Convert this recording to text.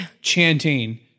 chanting